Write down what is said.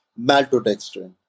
maltodextrin